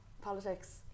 politics